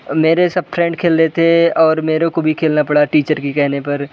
सब मेरे सब फ्रेंड्स खेलते थे और मेरे को भी खेलना पड़ा टीचर के कहने पर